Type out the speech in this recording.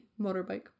motorbike